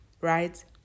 right